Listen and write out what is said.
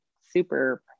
super